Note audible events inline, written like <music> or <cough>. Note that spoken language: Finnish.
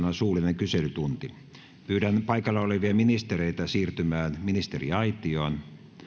<unintelligible> on suullinen kyselytunti pyydän paikalla olevia ministereitä siirtymään ministeriaitioon